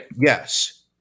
yes